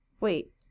Wait